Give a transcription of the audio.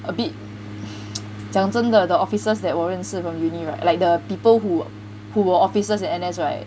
a bit 讲真的 the officers that 我认识 like from uni right like the people who who were officers in N_S right